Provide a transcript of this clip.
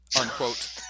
unquote